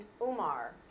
Umar